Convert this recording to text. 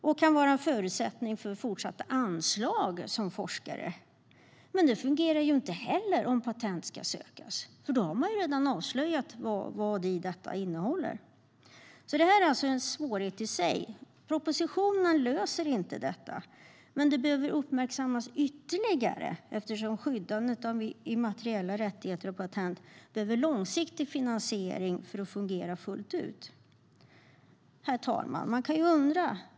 Det kan vara en förutsättning för att få fortsatta anslag som forskare. Men det fungerar inte heller om patent ska sökas. Då har man redan avslöjat innehållet. Detta är en svårighet i sig. Propositionen löser inte problemet, men det behöver uppmärksammas ytterligare eftersom skyddandet av immateriella rättigheter och patent behöver långsiktig finansiering för att fungera fullt ut. Herr talman!